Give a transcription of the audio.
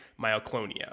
myoclonia